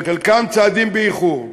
חלקם צעדים באיחור.